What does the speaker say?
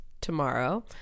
tomorrow